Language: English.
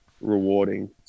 rewarding